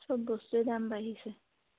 সব বস্তুৰে দাম বাঢ়িছে